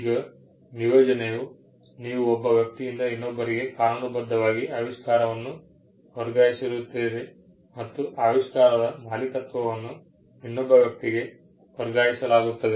ಈಗ ನಿಯೋಜನೆಯು ನೀವು ಒಬ್ಬ ವ್ಯಕ್ತಿಯಿಂದ ಇನ್ನೊಬ್ಬರಿಗೆ ಕಾನೂನುಬದ್ಧವಾಗಿ ಆವಿಷ್ಕಾರವನ್ನು ವರ್ಗಾಯಿಸಿರುತ್ತೀರಿ ಮತ್ತು ಆವಿಷ್ಕಾರದ ಮಾಲೀಕತ್ವವನ್ನು ಇನ್ನೊಬ್ಬ ವ್ಯಕ್ತಿಗೆ ವರ್ಗಾಯಿಸಲಾಗುತ್ತದೆ